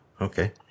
Okay